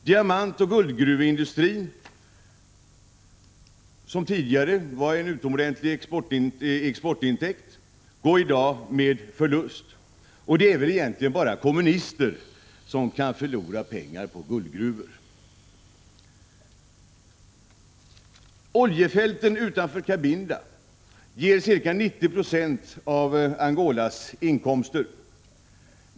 Diamantoch guldgruveindustrin, som tidigare gav en utomordentlig exportintäkt, går i dag med förlust. Det är väl egentligen bara kommunister som kan förlora pengar på guldgruvor. Oljefälten utanför Cabinda ger ca 90 20 av Angolas inkomster.